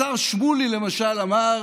השר שמולי למשל אמר